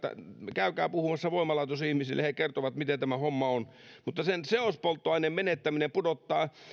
käykää puhumassa voimalaitosihmisille he kertovat miten tämä homma on sen seospolttoaineen menettäminen pudottaa